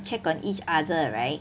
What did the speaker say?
check on each other right